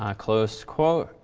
um close quote,